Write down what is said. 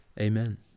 Amen